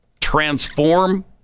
transform